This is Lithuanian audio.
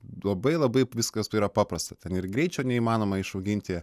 duobai labai viskas yra paprasta ten ir greičio neįmanoma išauginti